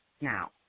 now